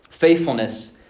Faithfulness